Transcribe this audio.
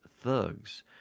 thugs